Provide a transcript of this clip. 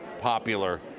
popular